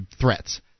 threats